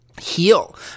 Heal